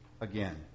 again